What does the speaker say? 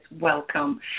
Welcome